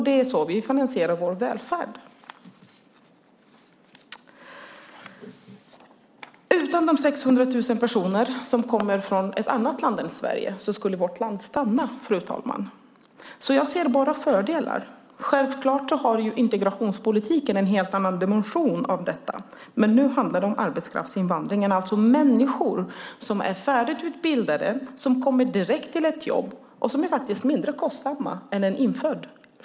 Det är så vi finansierar vår välfärd. Fru talman! Utan de 600 000 personerna som kommer från ett annat land än Sverige skulle vårt land stanna. Jag ser bara fördelar. Självklart har integrationspolitiken en helt annan dimension av detta. Men nu handlar det om arbetskraftsinvandringen. Det är människor som är färdigutbildade och kommer direkt till ett jobb. De är mindre kostsamma än en infödd.